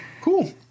Cool